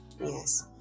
Yes